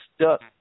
stuck